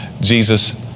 Jesus